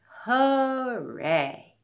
hooray